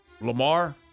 Lamar